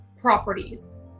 properties